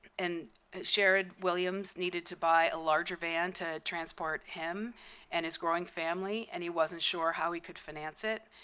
and sharrod williams needed to buy a larger van to transport him and his growing family. and he wasn't sure how he could finance it.